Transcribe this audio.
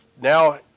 now